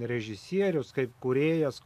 režisierius kaip kūrėjas